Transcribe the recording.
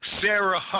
Sarah